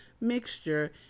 mixture